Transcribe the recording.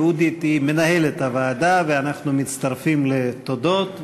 יהודית היא מנהלת הוועדה, ואנחנו מצטרפים לתודות.